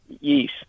Yes